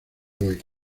hoy